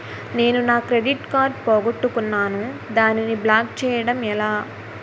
నేను నా credit card పోగొట్టుకున్నాను దానిని బ్లాక్ చేయడం ఎలా?